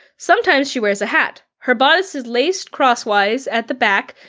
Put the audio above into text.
sometimes she wears a hat. her bodice is laced crosswise at the back.